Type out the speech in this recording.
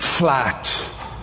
Flat